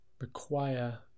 require